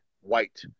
white